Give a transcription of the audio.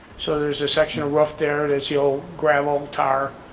so there's a section of roof there, that's your gravel tar,